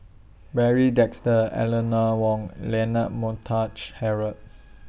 Barry Desker Eleanor Wong Leonard Montague Harrod